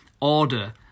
order